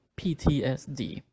PTSD